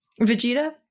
Vegeta